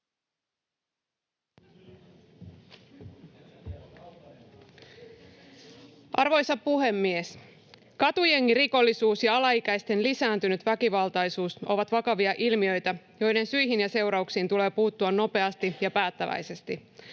Arvoisa puhemies! Katujengirikollisuus ja alaikäisten lisääntynyt väkivaltaisuus ovat vakavia ilmiöitä, joiden syihin ja seurauksiin tulee puuttua nopeasti ja päättäväisesti.